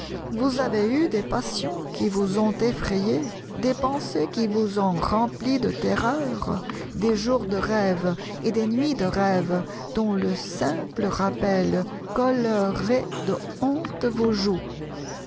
vous avez eu des passions qui vous ont effrayé des pensées qui vous ont rempli de terreur des jours de rêve et des nuits de rêve dont le simple rappel colorerait de honte vos joues